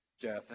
Jeff